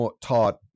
taught